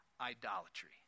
idolatry